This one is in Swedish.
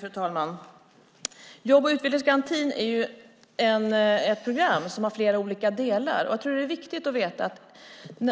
Fru talman! Jobb och utvecklingsgarantin är ett program med flera olika delar. Det är viktigt att veta att